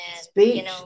speech